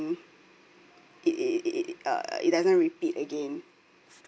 it it it it it uh it doesn't repeat again